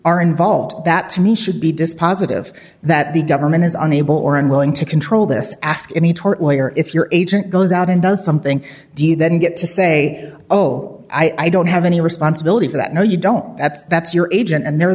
are involved that to me should be dispositive that the government is unable or unwilling to control this ask any tort lawyer if your agent goes out and does something do you then get to say oh i don't have any responsibility for that no you don't that's that's your agent and they're